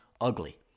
ugly